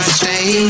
stay